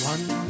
One